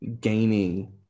gaining